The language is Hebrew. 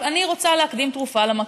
עכשיו, אני רוצה להקדים תרופה למכה.